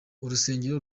urusengero